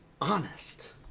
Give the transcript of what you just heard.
honest